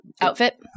outfit